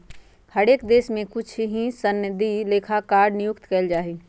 हर एक देश में कुछ ही सनदी लेखाकार नियुक्त कइल जा हई